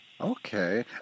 Okay